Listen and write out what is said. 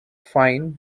fine